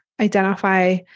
identify